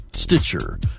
Stitcher